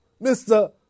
Mr